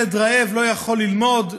ילד רעב לא יכול ללמוד,